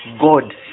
God